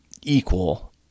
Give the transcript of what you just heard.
equal